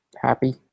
happy